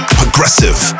progressive